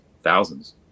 thousands